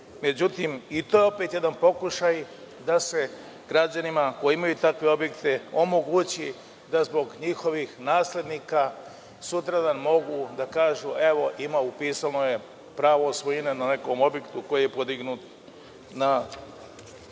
međutim i to je jedan pokušaj da se građanima koji imaju takve objekte omogući da zbog njihovih naslednika mogu da kažu – evo, ima upisano je pravo svojine na nekom objektu koji je podignut u